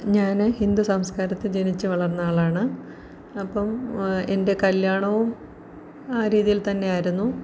ഞാൻ ഹിന്ദു സംസ്കാരത്തിൽ ജനിച്ച് വളർന്ന ആളാണ് അപ്പം എൻ്റെ കല്യാണവും ആ രീതിയിൽ തന്നെയായിരുന്നു